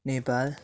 Nepal